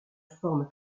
forme